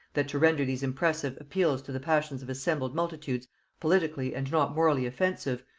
that to render these impressive appeals to the passions of assembled multitudes politically and not morally inoffensive,